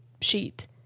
sheet